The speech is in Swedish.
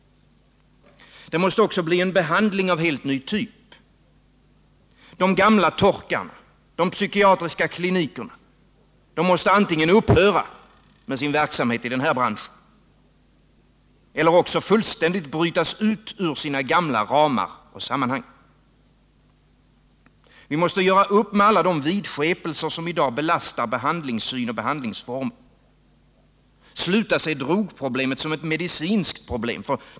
Vi måste också få till stånd en behandling av helt ny typ. De gamla torkarna, de psykiatriska klinikerna måste antingen upphöra med sin verksamhet i den här branschen eller fullständigt brytas ut ur sina gamla ramar och sitt gamla sammanhang. Vi måste göra upp med alla de vidskepelser som i dag belastar behandlingssyn och behandlingsformer, sluta se drogproblemet som ett medicinskt problem.